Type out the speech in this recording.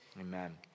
Amen